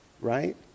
right